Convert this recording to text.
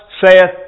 saith